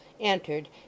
entered